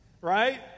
right